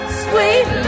sweet